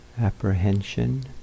apprehension